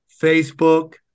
Facebook